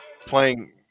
playing